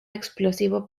explosivo